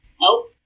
Nope